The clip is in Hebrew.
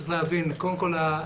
צריך להבין שהפיזיותרפיסטים,